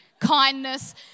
kindness